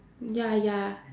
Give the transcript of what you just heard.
ya ya